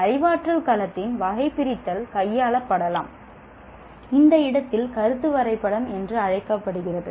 எனவே அறிவாற்றல் களத்தின் வகைபிரித்தல் கையாள படலாம் இந்த இடத்தில் கருத்து வரைபடம் என்று அழைக்கப்படுகிறது